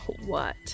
What